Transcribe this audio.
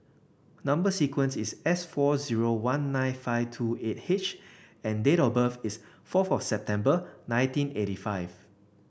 number sequence is S four zero one nine five two eight H and date of birth is fourth of September nineteen eighty five